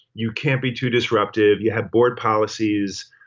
you can't be too disruptive. you have board policies.